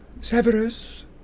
Severus